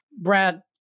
Brad